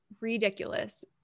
ridiculous